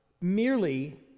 merely